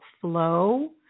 flow